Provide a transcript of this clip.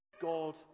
God